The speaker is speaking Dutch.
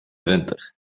winter